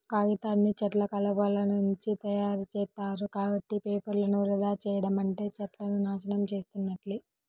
కాగితాన్ని చెట్ల కలపనుంచి తయ్యారుజేత్తారు, కాబట్టి పేపర్లను వృధా చెయ్యడం అంటే చెట్లను నాశనం చేసున్నట్లే